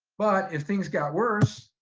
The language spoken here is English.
but, if things got worse,